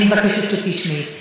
אני מבקשת שתשמעי.